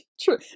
True